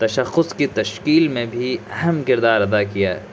تشخص کی تشکیل میں بھی اہم کردار ادا کیا ہے